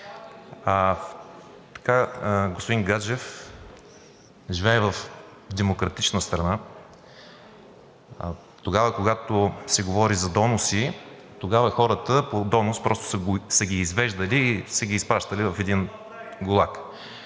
закон. Господин Гаджев, живеем в демократична страна. Тогава, когато се говори за доноси, тогава хората по донос просто са ги извеждали и са ги изпращали в един гулаг.